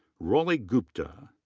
roly gupta.